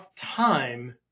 time